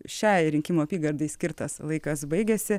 šiai rinkimų apygardai skirtas laikas baigėsi